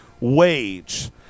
wage